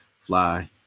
fly